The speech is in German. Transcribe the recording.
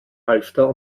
halfter